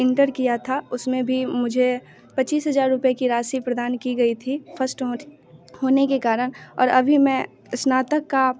inter किया था उस में भी मुझे पचीस हज़ार रुपये की राशि प्रदान की गई थी फर्स्ट ओट होने के कारण और अभी मैं इस्नातक का